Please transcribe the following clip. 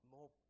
More